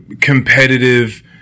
competitive